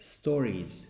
stories